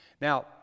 Now